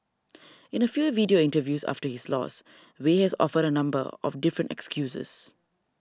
in a few video interviews after his loss Wei has offered a number of different excuses